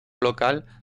local